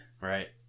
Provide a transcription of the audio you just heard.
Right